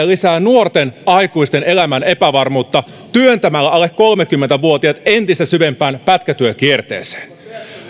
lisää nuorten aikuisten elämään epävarmuutta työntämällä alle kolmekymmentä vuotiaat entistä syvempään pätkätyökierteeseen